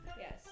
yes